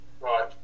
Right